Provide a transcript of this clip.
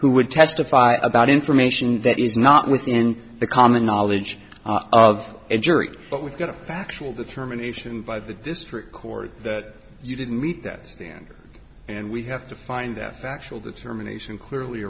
who would testify about information that is not within the common knowledge of a jury but we've got a factual determination by the district court that you didn't meet that standard and we have to find that factual determination clearly